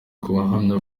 ubuhamya